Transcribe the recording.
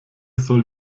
soll